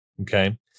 Okay